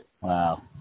Wow